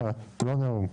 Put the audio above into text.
לא נאום.